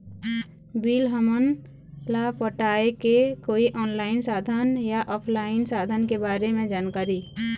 Bill हमन ला पटाए के कोई ऑनलाइन साधन या ऑफलाइन साधन के बारे मे जानकारी?